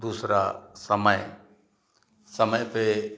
दूसरा समय समय पे